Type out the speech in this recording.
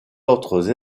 autres